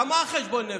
למה חשבון הנפש?